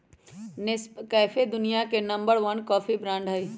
Nescafe दुनिया के number one coffee brand हई